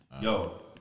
Yo